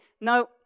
no